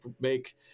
make